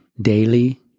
daily